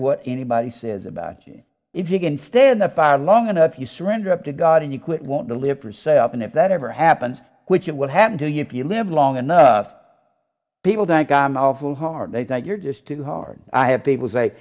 what anybody says about you if you can stand the fire long enough you surrender up to god and you quit want to live for yourself and if that ever happens which it would happen to you if you live long enough people think i'm awful hard i think you're just too hard i have people say